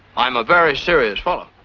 i'm a very serious fellow.